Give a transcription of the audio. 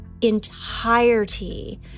entirety